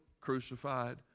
crucified